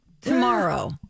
tomorrow